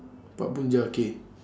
pak bun ja K